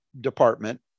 department